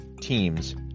teams